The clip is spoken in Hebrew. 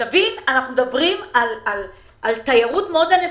אנחנו מדברים על תיירות מאוד ענפה.